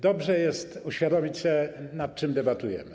Dobrze jest uświadomić sobie, nad czym debatujemy.